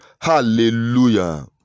hallelujah